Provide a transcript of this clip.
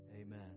Amen